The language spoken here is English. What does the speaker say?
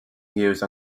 used